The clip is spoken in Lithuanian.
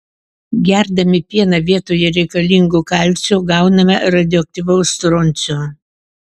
gerdami pieną vietoje reikalingo kalcio gauname radioaktyvaus stroncio